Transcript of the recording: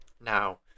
Now